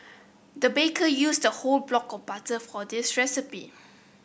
the baker used a whole block of butter for this recipe